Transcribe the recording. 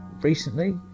recently